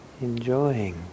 enjoying